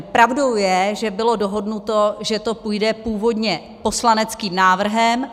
Pravdou je, že bylo dohodnuto, že to půjde původně poslaneckým návrhem.